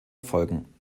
erfolgen